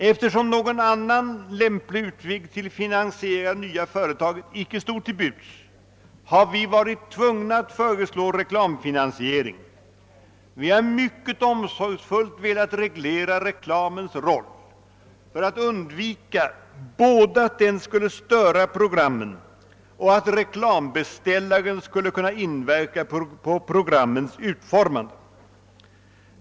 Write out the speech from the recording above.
Eftersom någon annan lämplig utväg till finansiering av det nya företaget icke stod till buds, har vi varit tvungna att föreslå reklamfinansiering, men vi har mycket omsorgsfullt velat reglera reklamens roll för att undvika både att den skulle störa programmen och att reklambeställaren skulle kunna inverka på programmens utformning.